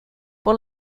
por